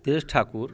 तेज ठाकुर